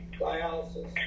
dialysis